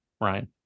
Ryan